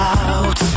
out